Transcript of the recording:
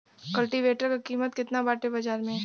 कल्टी वेटर क कीमत केतना बाटे बाजार में?